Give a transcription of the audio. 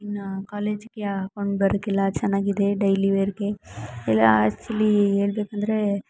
ಇನ್ನು ಕಾಲೇಜಿಗೆ ಹಾಕೊಂಡ್ ಬರೋಕೆಲ್ಲ ಚೆನ್ನಾಗಿದೆ ಡೈಲಿವೇರಿಗೆ ಇಲ್ಲ ಆ್ಯಕ್ಚುಲೀ ಹೇಳ್ಬೇಕಂದ್ರೆ